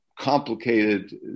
complicated